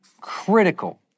critical